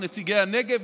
נציגי הנגב,